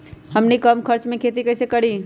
हमनी कम खर्च मे खेती कई से करी?